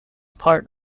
part